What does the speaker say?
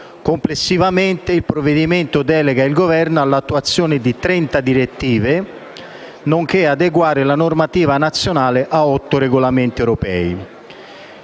complessivamente, il provvedimento delega il Governo all'attuazione di 26 direttive, nonché ad adeguare la normativa nazionale a 6 regolamenti europei.